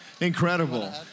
Incredible